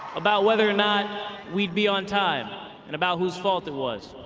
about whether or not we'd be on time and about whose fault it was.